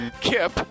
Kip